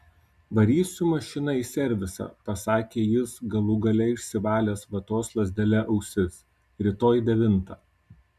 varysiu mašiną į servisą pasakė jis galų gale išsivalęs vatos lazdele ausis rytoj devintą